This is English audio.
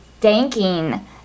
thanking